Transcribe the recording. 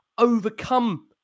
Overcome